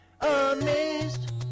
amazed